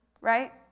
right